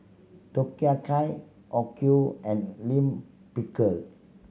Takoyaki Okayu and Lime Pickle